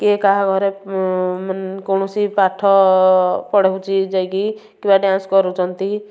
କିଏ କାହାଘରେ ମାନ୍ କୌଣସି ପାଠ ପଢ଼ଉଛି ଯାଇକି କିମ୍ବା ଡ୍ୟାନ୍ସ କରୁଛନ୍ତି